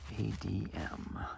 ADM